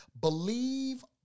Believe